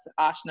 Ashna